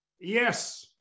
yes